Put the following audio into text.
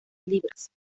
libras